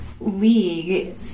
League